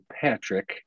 Patrick